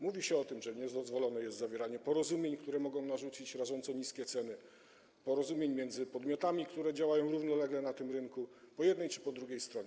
Mówi się o tym, że niedozwolone jest zawieranie porozumień, które mogą narzucić rażąco niskie ceny, porozumień między podmiotami, które działają równolegle na tym rynku po jednej czy po drugiej stronie.